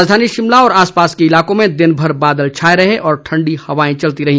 राजधानी शिमला और आसपास के इलाकों में दिनभर बादल छाए रहे और ठण्डी हवाएं चलती रही